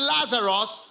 Lazarus